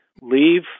leave